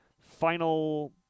final